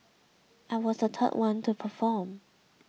I was the third one to perform